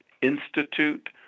Institute